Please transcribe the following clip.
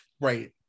right